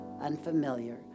unfamiliar